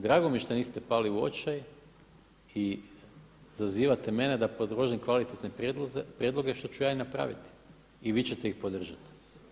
Drago mi je što niste pali u očaj i zazivate mene da podržim kvalitetne prijedloge što ću ja i napraviti i vi ćete ih podržati.